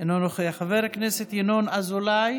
גם לא, חבר הכנסת יעקב מרגי,